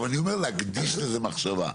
אבל אני אומר להקדיש לזה מחשבה.